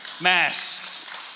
masks